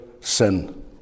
sin